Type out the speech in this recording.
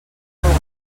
rugat